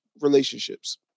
relationships